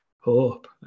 hope